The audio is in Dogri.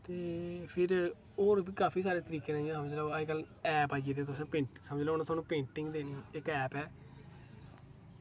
ते फिर होर बी काफी सारे तरीके होंदे अजकल्ल ऐप आई गेदी पेंटिंग दी समझी लैओ ऐप आई गेदी ऐ